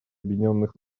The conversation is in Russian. объединенных